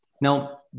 Now